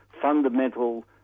fundamental